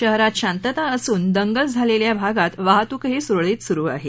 शहरात शांतता असून दंगल झालेल्या भागात वाहतूकही सुरळीत सुरु आहे